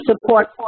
support